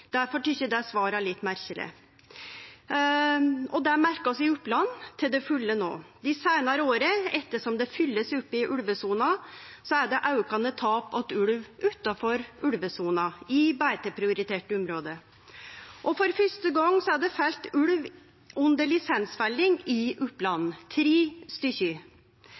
det er beitedyr. Difor tykkjer eg det svaret er litt merkeleg. Det merker vi i Oppland no til fulle. Dei seinare åra, etter kvart som det blir fylt opp i ulvesona, er det aukande tap til ulv utanfor ulvesona, i beiteprioriterte område. For fyrste gong er det felt ulv under lisensfelling i Oppland – tre